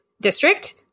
district